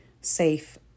safe